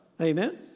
Amen